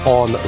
on